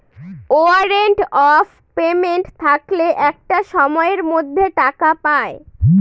warrant of payment থাকলে একটা সময়ের মধ্যে টাকা পায়